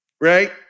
right